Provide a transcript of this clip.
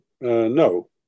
no